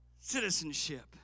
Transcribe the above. Citizenship